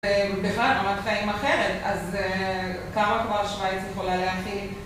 בכלל רמת החיים אחרת, אז כמה כבר שווייץ יכולה להכיל?